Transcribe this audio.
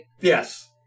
Yes